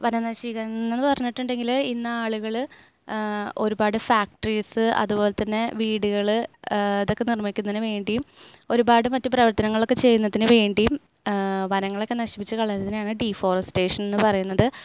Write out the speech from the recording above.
വനനശീകരണം എന്ന് പറഞ്ഞിട്ടുണ്ടെങ്കിൽ ഇന്ന് ആളുകൾ ഒരുപാട് ഫാക്ടറീസ് അതുപോലെ തന്നെ വീടുകൾ ഇതൊക്കെ നിർമ്മിക്കുന്നതിന് വേണ്ടിയും ഒരുപാട് മറ്റ് പ്രവർത്തനങ്ങളൊക്കെ ചെയ്യുന്നതിന് വേണ്ടിയും വനങ്ങളൊക്കെ നശിപ്പിച്ചു കളയുന്നതിനാണ് ഡിഫോറസ്റ്റേഷൻ എന്ന് പറയുന്നത്